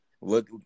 Look